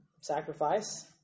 sacrifice